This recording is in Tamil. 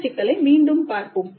இந்த சிக்கலை மீண்டும் பார்ப்போம்